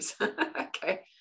Okay